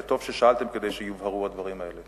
וטוב ששאלתם כדי שיובהרו הדברים האלה.